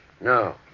No